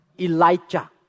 Elijah